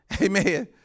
Amen